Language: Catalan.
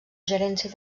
gerència